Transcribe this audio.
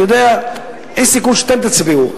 אני יודע, אין סיכוי שאתם תצביעו.